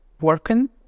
working